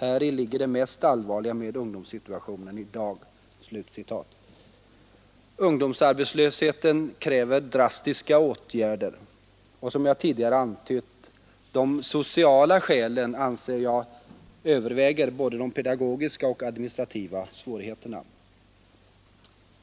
Här ligger det mest allvarliga med ungdomssituationen idag.” Ungdomsarbetslösheten kräver drastiska åtgärder. Som jag tidigare antytt anser jag att de sociala skälen överväger både de pedagogiska och de administrativa svårigheterna.